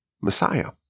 Messiah